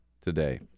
today